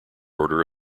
order